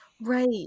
Right